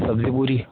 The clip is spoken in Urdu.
سبزی پوری